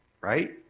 Right